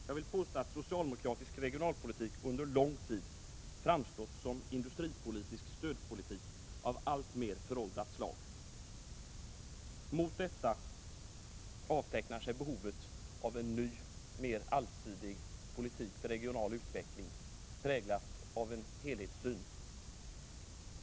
Jag vill påstå att socialdemokratisk regionalpolitik under lång tid framstått som industripolitisk stödpolitik av alltmer föråldrat slag. Mot detta avtecknar sig behovet av en ny, mer allsidig politik för regional utveckling, präglad av en helhetssyn.